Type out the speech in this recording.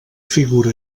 figura